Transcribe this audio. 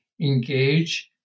engage